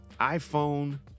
iPhone